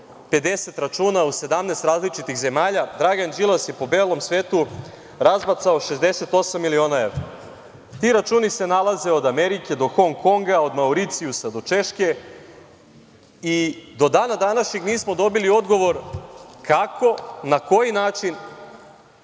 50 računa u 17 različitih zemalja, Dragan Đilas je po belom svetu razbacao 68 miliona evra. Ti računi se nalaze od Amerike do Hong-Konga, od Mauricijusa do Češke i do dana današnjeg nismo dobili odgovor kako, na koji način